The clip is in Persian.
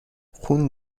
خون